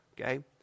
okay